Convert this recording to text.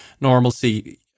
normalcy